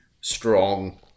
strong